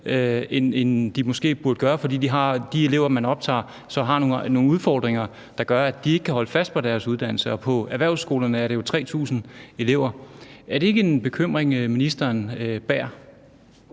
end de måske burde gøre, fordi de elever, man optager, så har nogle udfordringer, der gør, at de ikke kan holde fast i deres uddannelse. Og på erhvervsskolerne er det jo 3.000 elever. Er det ikke en bekymring, ministeren nærer?